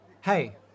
Hey